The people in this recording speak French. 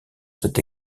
cette